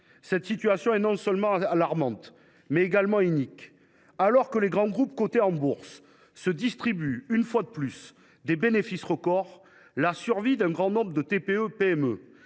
Cette situation est non seulement alarmante, mais également inique : alors que les grands groupes cotés en bourse se distribuent, une fois de plus, des bénéfices records la survie d’un grand nombre de TPE et PME